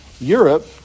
Europe